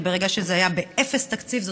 כי ברגע שזה היה באפס תקציב,